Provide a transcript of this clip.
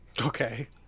Okay